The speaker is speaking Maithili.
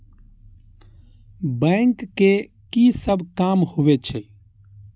बैंक के की सब काम होवे छे?